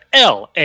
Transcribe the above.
LA